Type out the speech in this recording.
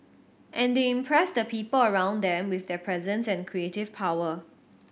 and they impress the people around them with their presence and creative power